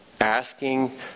asking